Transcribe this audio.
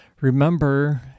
Remember